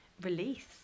release